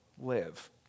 live